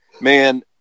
Man